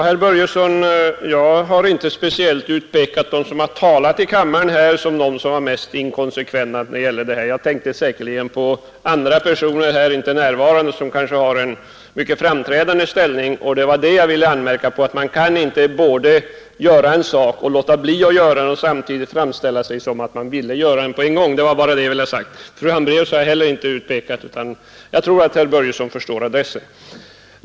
Herr talman! Jag har inte, herr Börjesson i Glömminge, speciellt utpekat dem som har talat här i kammaren såsom varande mest inkonsekventa i denna fråga. Jag tänkte på andra, inte här närvarande personer, som kanske har en mycket framträdande ställning. Vad jag ville anmärka var att man inte på en och samma gång kan låta bli att göra en sak och framställa sig som om man ville ha den gjord. Fru Hambraeus har jag heller inte utpekat. Jag tror att herr Börjesson förstår adressen.